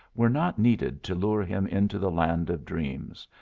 were not needed to lure him into the land of dreams,